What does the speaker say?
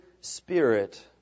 spirit